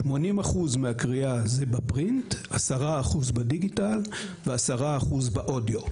80% מהקריאה זה --- 10% בדיגיטל, ו-10% באודיו.